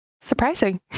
surprising